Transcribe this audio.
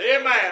Amen